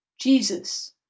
Jesus